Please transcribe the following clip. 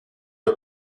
are